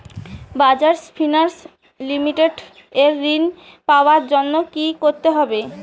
Bajaj finance limited এ ঋন পাওয়ার জন্য কি করতে হবে?